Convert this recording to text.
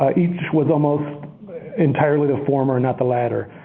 ah each was almost entirely the former, not the latter,